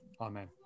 Amen